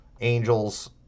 angels